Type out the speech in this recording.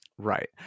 Right